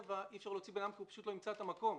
אי-אפשר להוציא אדם, כי הוא לא ימצא את המקום.